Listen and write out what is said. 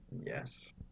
Yes